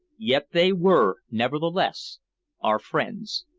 yet they were nevertheless our friends.